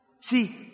See